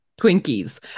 Twinkies